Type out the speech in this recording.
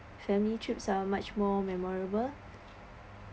family trip are much more memorable